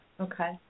Okay